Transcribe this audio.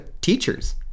teachers